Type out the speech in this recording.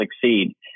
succeed